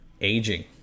aging